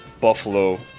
Buffalo